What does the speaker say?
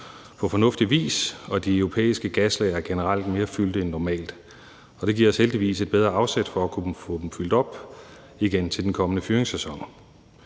på fornuftig vis, og de europæiske gaslagre er generelt mere fyldte end normalt. Og det giver os heldigvis et bedre afsæt for at kunne få dem fyldt op igen til den kommende fyringssæson.